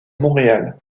montréal